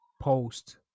post